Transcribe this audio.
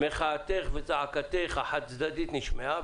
אבל מחאתך וזעקתך החד-צדדית נשמעה,